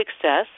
success